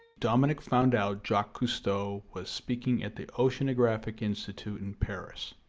dominique found out jacques cousteau was speaking at the oceanographic institute in paris.